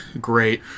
great